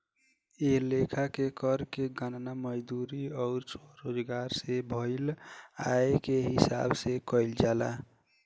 ए लेखा के कर के गणना मजदूरी अउर स्वरोजगार से भईल आय के हिसाब से कईल जाला